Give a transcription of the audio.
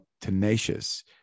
tenacious